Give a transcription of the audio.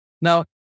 Now